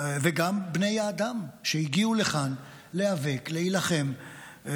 וגם בני האדם שהגיעו לכאן להיאבק, להילחם,